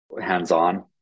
hands-on